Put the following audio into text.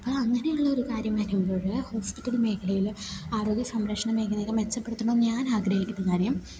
അപ്പം അങ്ങനെയുള്ള ഒരു കാര്യം വരുമ്പോൾ ഹോസ്പിറ്റൽ മേഖലയിലും ആരോഗ്യ സംരക്ഷണ മേഖലയിൽ മെച്ചപ്പെടുത്തണമെന്ന് ഞാൻ ആഗ്രഹിക്കുന്ന കാര്യം